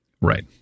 Right